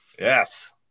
Yes